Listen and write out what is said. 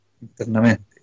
internamente